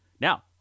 Now